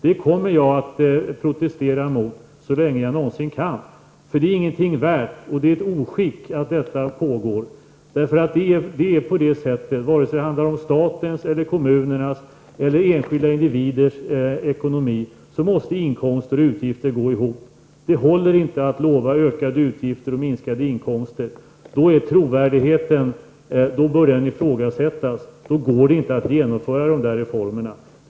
Det är ett oskick att detta pågår. Det är nämligen på det sättet, antingen det handlar om statens, kommunernas eller enskilda individers ekonomi, att inkomster och utgifter måste gå ihop. Det håller inte att man lovar ökade inkomster och minskade utgifter. Då börjar trovärdigheten ifrågasättas. Då går det inte att genomföra reformerna.